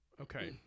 Okay